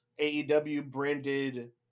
AEW-branded